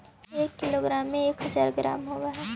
एक किलोग्राम में एक हज़ार ग्राम होव हई